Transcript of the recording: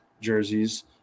jerseys